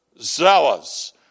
zealous